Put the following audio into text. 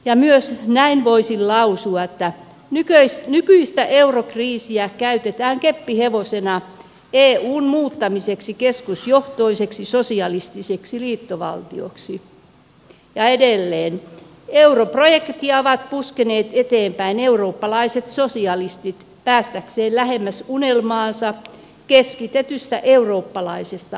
ja myös näin voisin lausua että nykyistä eurokriisiä käytetään keppihevosena eun muuttamiseksi keskusjohtoiseksi sosialistiseksi liittovaltioksi ja edelleen että europrojektia ovat puskeneet eteenpäin eurooppalaiset sosialistit päästäkseen lähemmäs unelmaansa keskitetystä eurooppalaisesta valtiosta